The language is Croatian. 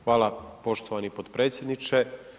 Hvala poštovani potpredsjedniče.